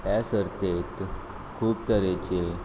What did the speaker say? हे सर्तेत खूब तरेचे